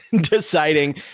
deciding